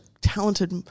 talented